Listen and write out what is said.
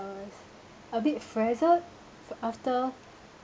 I was a bit frazzled after